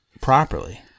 properly